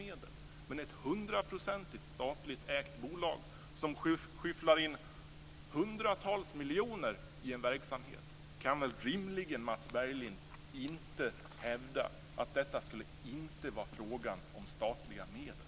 Men när det gäller ett hundraprocentigt statligt ägt bolag och det skyfflas in hundratals miljoner i en verksamhet kan Mats Berglund rimligen inte hävda att det inte skulle vara fråga om statliga medel.